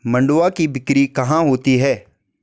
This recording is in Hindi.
मंडुआ की बिक्री कहाँ होती है?